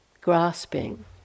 grasping